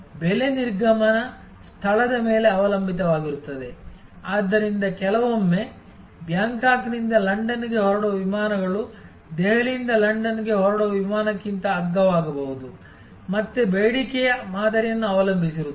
ಬೆಲೆ ನಿರ್ಗಮನ ಸ್ಥಳದ ಮೇಲೆ ಅವಲಂಬಿತವಾಗಿರುತ್ತದೆ ಆದ್ದರಿಂದ ಕೆಲವೊಮ್ಮೆ ಬ್ಯಾಂಕಾಕ್ನಿಂದ ಲಂಡನ್ಗೆ ಹೊರಡುವ ವಿಮಾನಗಳು ದೆಹಲಿಯಿಂದ ಲಂಡನ್ಗೆ ಹೊರಡುವ ವಿಮಾನಕ್ಕಿಂತ ಅಗ್ಗವಾಗಬಹುದು ಮತ್ತೆ ಬೇಡಿಕೆಯ ಮಾದರಿಯನ್ನು ಅವಲಂಬಿಸಿರುತ್ತದೆ